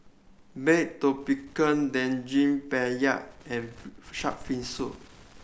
baked tapioca Daging Penyet and shark fin soup